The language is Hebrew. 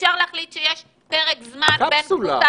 אפשר להחליט שיש פרק זמן בין קבוצה